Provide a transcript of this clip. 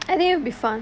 I think it'll be fun